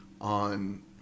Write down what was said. on